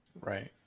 right